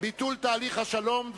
ביטול תהליך השלום,